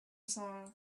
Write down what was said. shore